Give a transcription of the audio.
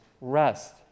rest